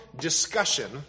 discussion